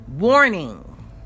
Warning